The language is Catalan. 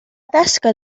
tasca